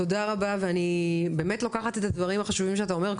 תודה רבה ואני באמת לוקח את הדברים החושבים שאתה אומר.